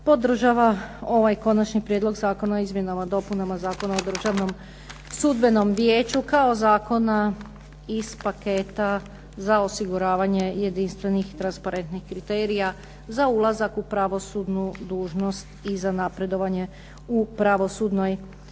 podržava ovaj Konačni prijedlog Zakona o izmjenama i dopunama Zakona o Državnom sudbenom vijeću, kao zakona iz paketa za osiguravanje jedinstvenih transparentnih kriterija, za ulazak u pravosudnu dužnost i za napredovanje u pravosudnoj